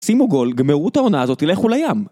שימו גול, גמרו את העונה הזאתי, לכו לים!